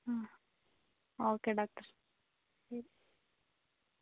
okay doctor